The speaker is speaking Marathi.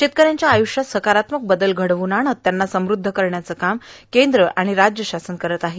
शेतकऱ्यांच्या आय्ष्यात सकारात्मक बदल घडवून आणत त्याला समृद्ध करण्याचे काम केंद्र आणि राज्य शासन करीत आहे